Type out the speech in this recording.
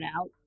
out